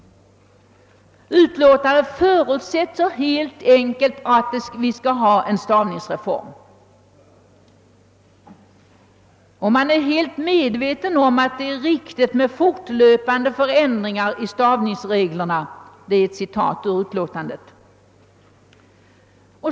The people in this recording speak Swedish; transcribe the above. Utlåtandet förutsätter alltså helt enkelt att vi skall ha en stavningsreform. Man är helt medveten om att det är riktigt med fortlöpande förändringar i stavningsreglerna.